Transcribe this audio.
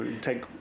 take